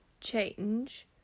change